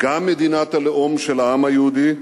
גם מדינת הלאום של העם היהודי,